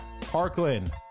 Parkland